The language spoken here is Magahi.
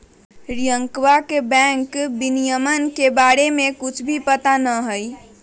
रियंकवा के बैंक विनियमन के बारे में कुछ भी पता ना हई